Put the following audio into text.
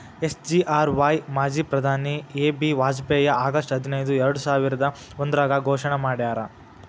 SGRY ಮಾಜಿ ಪ್ರಧಾನಿ A B Vajpayee August ಹದಿನೈದು ಎರ್ಡಸಾವಿರದ ಒಂದ್ರಾಗ ಘೋಷಣೆ ಮಾಡ್ಯಾರ